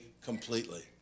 completely